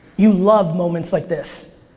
you love moments like this.